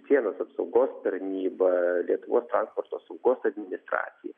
sienos apsaugos tarnybą lietuvos transporto saugos administraciją